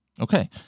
Okay